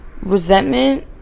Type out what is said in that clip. resentment